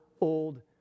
old